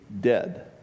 dead